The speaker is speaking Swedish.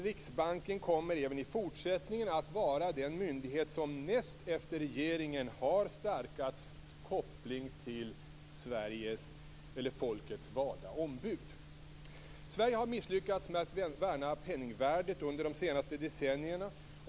Riksbanken kommer även i framtiden att vara den myndighet som näst efter regeringen har starkast koppling till folkets valda ombud. Sverige har misslyckats med att värna penningvärdet under de senaste decennierna.